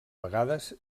vegades